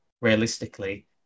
realistically